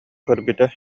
көрбүтэ